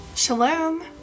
Shalom